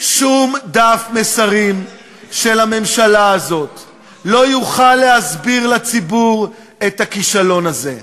שום דף מסרים של הממשלה הזאת לא יוכל להסביר לציבור את הכישלון הזה,